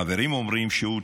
חברים אומרים שהוא צ'ארמר,